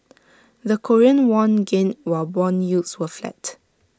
the Korean won gained while Bond yields were flat